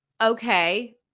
okay